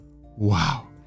Wow